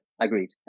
agreed